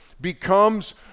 becomes